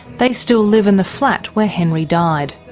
they still live in the flat where henry died.